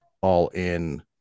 All-In